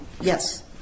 Yes